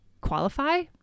qualify